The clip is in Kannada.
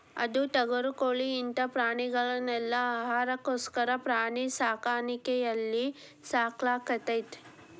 ಆಡು ಟಗರು ಕೋಳಿ ಇಂತ ಪ್ರಾಣಿಗಳನೆಲ್ಲ ಆಹಾರಕ್ಕೋಸ್ಕರ ಪ್ರಾಣಿ ಸಾಕಾಣಿಕೆಯಲ್ಲಿ ಸಾಕಲಾಗ್ತೇತಿ